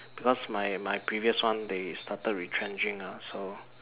because my my previous one they started retrenching lah so